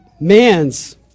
man's